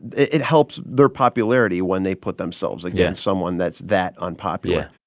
it helps their popularity when they put themselves against someone that's that unpopular yeah,